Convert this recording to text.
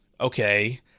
okay